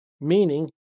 meaning